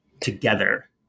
together